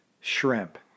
shrimp